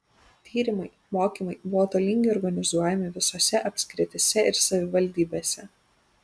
tyrimai mokymai buvo tolygiai organizuojami visose apskrityse ir savivaldybėse